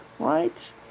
Right